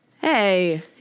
Hey